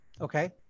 Okay